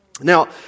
Now